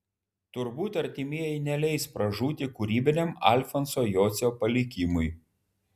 turbūt artimieji neleis pražūti kūrybiniam alfonso jocio palikimui